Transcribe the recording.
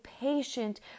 patient